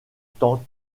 temps